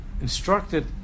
instructed